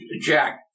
Jack